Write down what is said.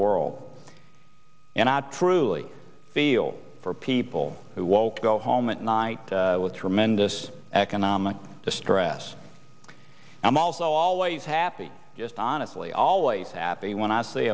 world and i truly feel for people who won't go home at night with tremendous economic distress i'm also always happy just honestly always happy